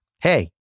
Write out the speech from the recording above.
Hey